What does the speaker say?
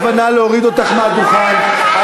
מי שם אותך לצנזר, גברתי,